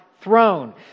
throne